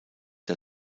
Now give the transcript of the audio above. der